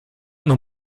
nun